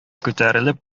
күтәрелеп